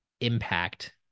impact